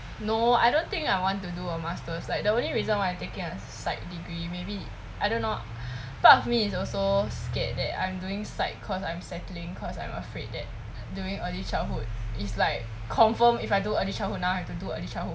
no I don't think I want to do a masters like the only reason why I'm taking a psych degree maybe I don't know part of me is also scared that I'm doing psych cause I'm settling cause I'm afraid that during early childhood is like confirm if I do early childhood now have to do early childhood